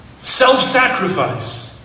self-sacrifice